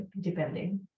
depending